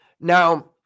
Now